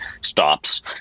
stops